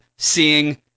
seeing